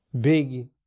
big